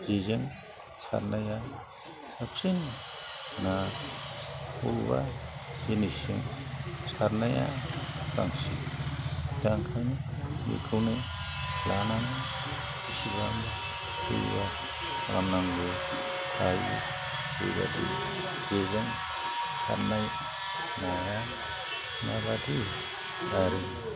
जेजों सारनाया साबसिन ना बबेबा जिनिसजों सारनाया बांसिन दा ओंखायनो बेखौनो लानानै एसिबां गोबां खालामनांगौ जायो जेजों सारनाय नाया माबादि आरो